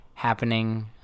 Happening